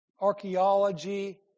archaeology